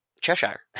Cheshire